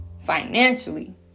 financially